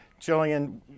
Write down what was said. Jillian